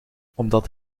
omdat